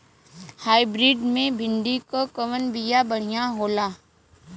Hybrid मे भिंडी क कवन बिया बढ़ियां होला?